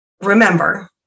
Remember